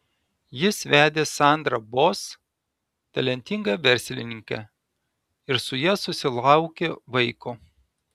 jis vedė sandrą boss talentingą verslininkę ir su ja susilaukė vaiko